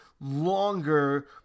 longer